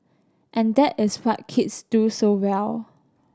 and that is what kids do so well